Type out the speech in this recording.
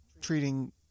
treating